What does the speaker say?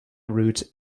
root